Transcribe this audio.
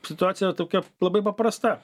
situacija tokia labai paprasta